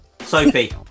sophie